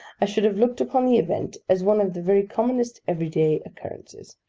i should have looked upon the event as one of the very commonest everyday occurrences.